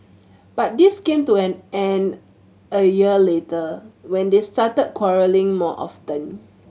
but this came to an end a year later when they started quarrelling more often